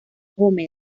homer